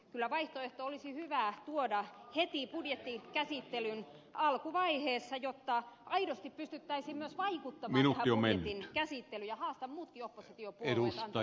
kyllä vaihtoehto olisi hyvä tuoda heti budjettikäsittelyn alkuvaiheessa jotta aidosti pystyttäisiin myös vaikuttamaan tähän budjetin käsittelyyn ja haastan muutkin oppositiopuolueet antamaan vaihtoehtobudjettinsa